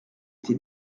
été